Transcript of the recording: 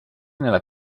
nella